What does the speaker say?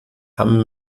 hamm